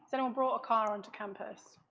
anyone brought a car on to campus?